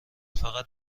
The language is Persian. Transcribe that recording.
فقط